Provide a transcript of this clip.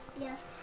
Yes